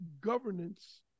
governance